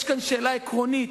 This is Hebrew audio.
יש כאן שאלה עקרונית,